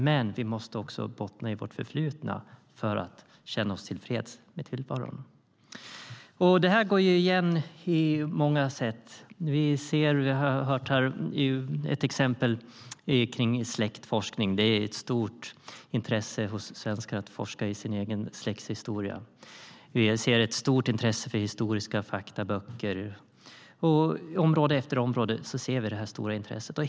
Men vi måste bottna i vårt förflutna för att känna oss tillfreds med tillvaron. Det här går igen på många sätt. Vi har hört ett exempel här: släktforskning. Det är ett stort intresse hos svenskarna att forska i sin egen släkts historia. Vi ser ett stort intresse för historiska faktaböcker. På område efter område ser vi det här stora intresset.